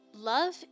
Love